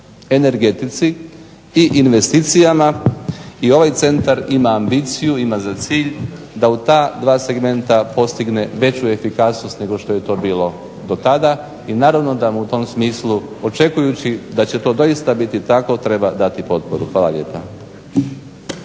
energetici i investicijama i ovaj centar ima ambiciju ima za cilj da u ta dva segmenta postigne veću efikasnost nego što je to bilo do tada i naravno da u tom smislu očekujući da će to doista biti tako treba dati potporu. Hvala lijepo.